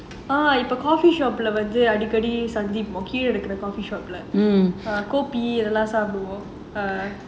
இப்போ:ippo coffee shop வந்து அடிக்கடி சந்திப்போம் கீழ இருக்குற:vanthu adikadi santhippom kizha irukura coffee shop அதெல்லாம் சாப்பிடுவோம்:athellaam saapiduvom